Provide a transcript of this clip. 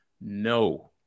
No